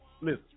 listen